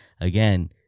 again